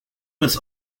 was